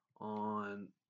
On